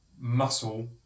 muscle